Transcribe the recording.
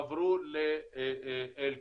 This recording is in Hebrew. עברו לאלקין.